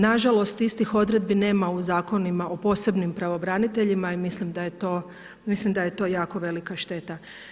Nažalost istih odredbi nema u zakonima o posebnim pravobraniteljima i mislim da je to jako velika šteta.